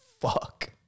Fuck